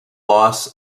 loss